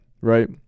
Right